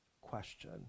question